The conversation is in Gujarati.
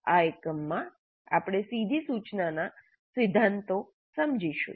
આ એકમમાં આપણે સીધી સૂચનાના સિદ્ધાંતો સમજીશું